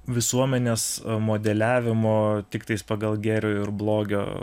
visuomenės modeliavimo tiktai pagal gėrio ir blogio